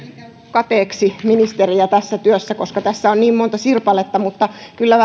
kateeksi ministeriä tässä työssä koska tässä on niin monta sirpaletta mutta kyllä vähän